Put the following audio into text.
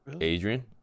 Adrian